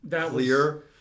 clear